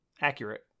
accurate